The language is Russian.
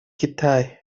китай